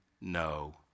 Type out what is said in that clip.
no